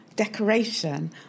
decoration